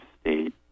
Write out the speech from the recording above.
state